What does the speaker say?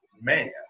man